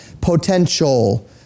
potential